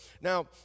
Now